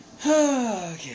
Okay